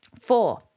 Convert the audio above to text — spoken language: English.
Four